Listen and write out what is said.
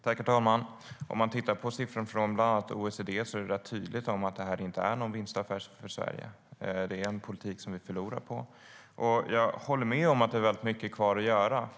STYLEREF Kantrubrik \* MERGEFORMAT Migration, Anhörig-invandring och Arbets-kraftsinvandringJag håller med om att det är väldigt mycket kvar att göra.